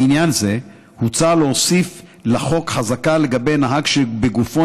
בעניין זה הוצע להוסיף לחוק חזקה לגבי נהג שבגופו